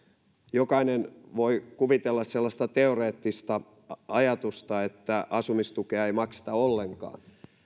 jokainen voi kuvitella sellaista teoreettista ajatusta että asumistukea ei makseta ollenkaan